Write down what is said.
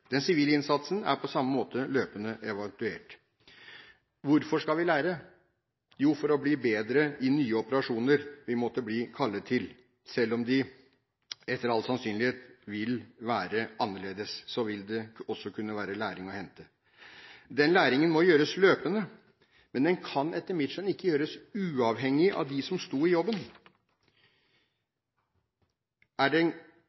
Den sivile innsatsen er på samme måte løpende evaluert. Hvorfor skal vi lære? Jo, for å bli bedre i nye operasjoner vi måtte bli kallet til. Selv om de etter all sannsynlighet vil være annerledes, vil det også kunne være læring å hente. Den læringen må gjøres løpende, men den kan etter mitt skjønn ikke gjøres uavhengig av dem som sto i